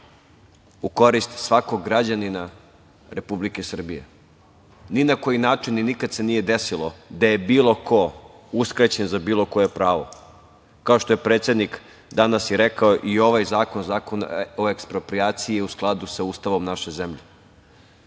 u korist svakog građanina Republike Srbije. Ni na koji način i nikad se nije desilo da je bilo ko uskraćen za bilo koje pravo. Kao što je predsednik danas i rekao, i ovaj zakon, Zakon o eksproprijaciji je u skladu sa Ustavom naše zemlje. Samo